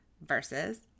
versus